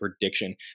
prediction